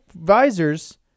visors